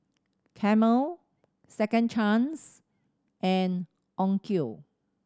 Camel Second Chance and Onkyo